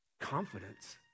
Confidence